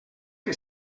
que